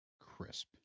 crisp